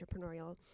entrepreneurial